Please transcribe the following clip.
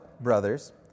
brothers